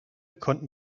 konnten